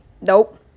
nope